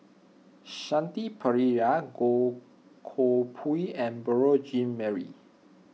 Shanti Pereira Goh Koh Pui and Beurel Jean Marie